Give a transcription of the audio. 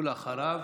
אחריו